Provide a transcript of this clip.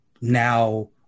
Now